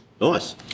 Nice